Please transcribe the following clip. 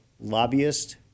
lobbyists